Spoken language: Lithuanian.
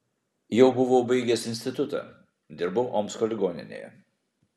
jau buvau baigęs institutą dirbau omsko ligoninėje